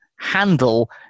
handle